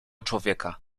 człowieka